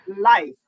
life